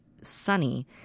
sunny